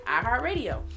iHeartRadio